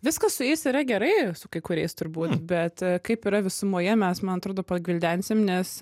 viskas su jais yra gerai su kai kuriais turbūt bet kaip yra visumoje mes man atrodo pagvildensim nes